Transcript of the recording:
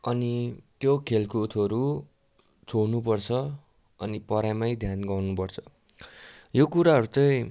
अनि त्यो खेलकुदहरू छोड्नु पर्छ अनि पढाइमै ध्यान गर्नु पर्छ यो कुराहरू चाहिँ